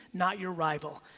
not your rival.